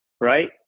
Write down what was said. right